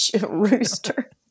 rooster